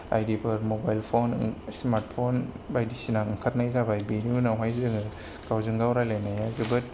बायदिफोर mobile phone smart phone बायदिसिना ओंखारनाय जाबाय बेनि उनावहाय जोङो गावजों गाव रायलायनाया जोबोद